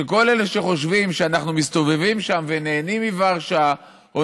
שכל אלה שחושבים שאנחנו מסתובבים שם ונהנים מוורשה או